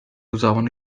usavano